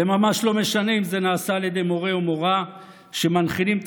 זה ממש לא משנה אם זה נעשה על ידי מורֶה או מורָה שמנחילים את